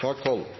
sak